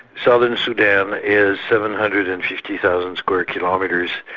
southern sudan is seven hundred and fifty thousand square kilometres,